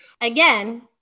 again